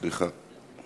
סליחה.